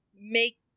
make